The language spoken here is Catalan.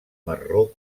marró